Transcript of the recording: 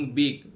big